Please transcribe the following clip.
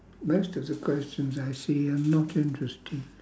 most of the questions I see are not interesting